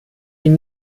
ihn